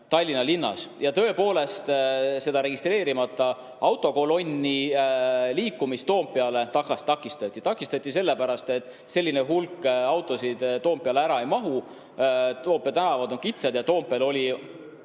Tallinna linnas. Ja tõepoolest, selle registreerimata autokolonni liikumist Toompeale takistati. Seda takistati sellepärast, et selline hulk autosid Toompeale ära ei mahu. Toompea tänavad on kitsad ja Toompeal toimus